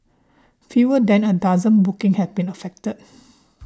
fewer than a dozen bookings have been affected